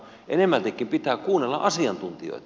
enemmältikin pitää kuunnella asiantuntijoita